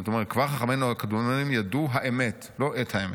"כבר חכמינו הקדמונים ידעו האמת", לא "את האמת".